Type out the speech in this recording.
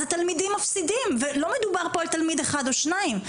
אז התלמידים מפסידים ולא מדובר פה על תלמיד אחד או שניים,